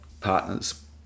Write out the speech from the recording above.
partners